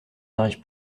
n’arrive